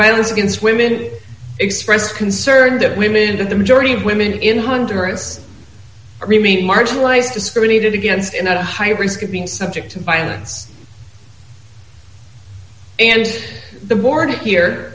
violence against women it expressed concern that women of the majority of women in honduras remain marginalized discriminated against in a high risk of being subject to violence and the warning here